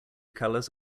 colours